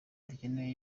duteye